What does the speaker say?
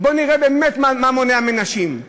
באמת מה מונע מנשים.